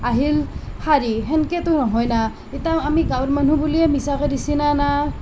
আহিল শাৰী সেনেকেতো নহয় না এতিয়া আমি গাঁৱৰ মানুহ বুলিয়ে মিছাকৈ দিছে না